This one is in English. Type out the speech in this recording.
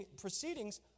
proceedings